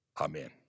Amen